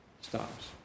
stops